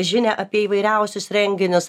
žinią apie įvairiausius renginius